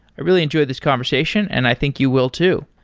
i really enjoyed this conversation and i think you will too.